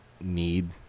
need